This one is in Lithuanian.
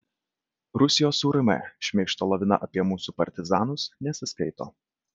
rusijos urm šmeižto lavina apie mūsų partizanus nesiskaito